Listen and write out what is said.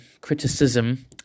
criticism